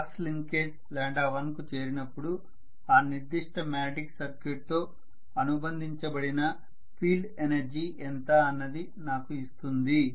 flux linkage 1 కు చేరినప్పుడు ఆ నిర్దిష్ట మ్యాగ్నెటిక్ సర్క్యూట్ తో అనుబంధించబడిన ఫీల్డ్ ఎనర్జీ ఎంత అన్నది నాకు ఇస్తుంది